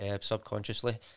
subconsciously